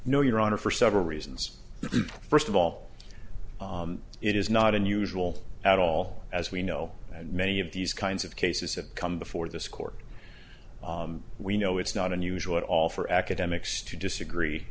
no your honor for several reasons first of all it is not unusual at all as we know that many of these kinds of cases have come before this court we know it's not unusual at all for academics to disagree